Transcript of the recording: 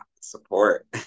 support